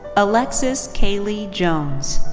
alexis kaylee jones.